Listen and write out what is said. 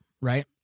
right